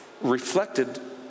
reflected